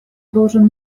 должен